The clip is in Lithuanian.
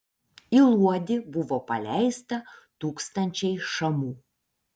į luodį buvo paleista tūkstančiai šamų